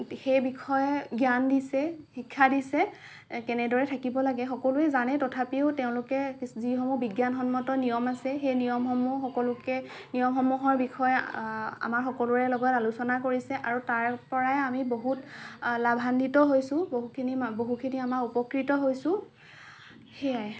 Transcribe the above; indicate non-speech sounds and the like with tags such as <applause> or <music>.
সেই বিষয়ে জ্ঞান দিছে শিক্ষা দিছে কেনেদৰে থাকিব লাগে সকলোৱে জানে তথাপিও তেওঁলোকে <unintelligible> যিসমূহ বিজ্ঞানসন্মত নিয়ম আছে সেই নিয়মসমূহ সকলোকে নিয়মসমূহৰ বিষয়ে আমাৰ সকলোৰে লগত আলোচনা কৰিছে আৰু তাৰ পৰাই আমি বহুত লাভান্বিত হৈছোঁ বহুখিনি বহুখিনি আমাৰ উপকৃত হৈছোঁ সেয়াই